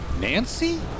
Nancy